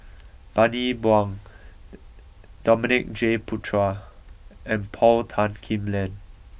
Bani Buang Dominic J Puthucheary and Paul Tan Kim Liang